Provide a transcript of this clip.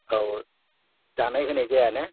औ जानाय होनाय जायाना